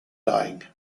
dyeing